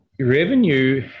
Revenue